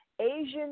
Asian